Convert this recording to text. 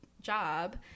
job